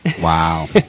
Wow